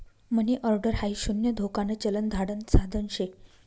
मनी order हाई शून्य धोकान चलन धाडण साधन शे